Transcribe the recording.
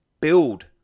build